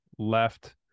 left